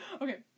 Okay